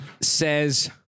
says